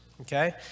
okay